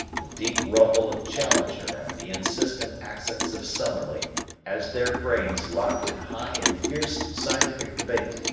the deep rumble of challenger and the insistent accents of summerlee as their brains locked in high and fierce scientific debate.